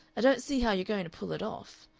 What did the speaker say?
i don't see how you're going to pull it off.